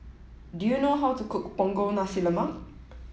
do you know how to cook Punggol Nasi Lemak